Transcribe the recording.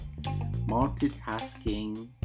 multitasking